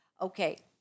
Okay